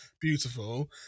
Beautiful